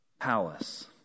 palace